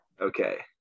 okay